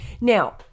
Now